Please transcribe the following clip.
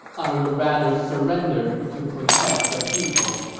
i would rather surrender to protect the people.